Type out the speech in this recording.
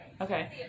Okay